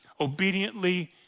obediently